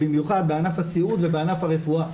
במיוחד בענף הסיעוד ובענף הרפואה.